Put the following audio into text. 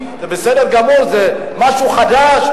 ולהחיל עליהם הוראות ממשל תאגידי החלות על חברות